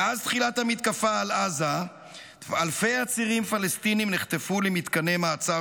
מאז תחילת המתקפה על עזה אלפי עצירים פלסטינים נחטפו למתקני מעצר